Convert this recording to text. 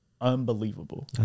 unbelievable